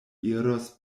iros